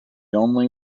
only